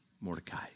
Mordecai